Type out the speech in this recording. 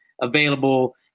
available